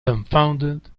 dumbfounded